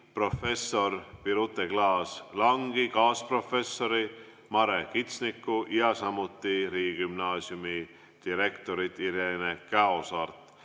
professor Birute Klaas-Langi, kaasprofessor Mare Kitsnikut ja riigigümnaasiumi direktorit Irene Käosaart.